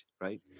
right